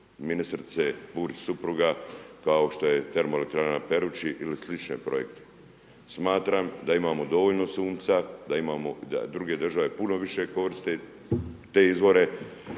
ministrice Burić supruga, kao što je termoelektrana na Peruči ili slične projekte. Smatram da imamo dovoljno sunca, da druge države puno puno više koriste te izvore